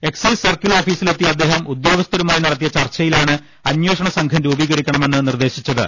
excise circle ഓഫീസിലെത്തിയ അദ്ദേഹം ഉദ്യോഗസ്ഥരുമായി നടത്തിയ ചർച്ചയിലാണ് അന്വേഷണ സംഘം രൂപീകരിക്കണമെന്ന് നിർദേശിച്ചത്